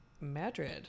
Madrid